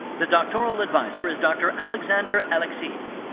the doctoral adviser is dr. alexander alexeev.